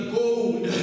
gold